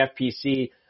FPC